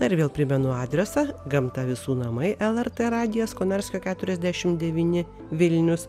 na ir vėl primenu adresą gamta visų namai lrt radijas konarskio keturiasdešim devyni vilnius